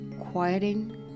quieting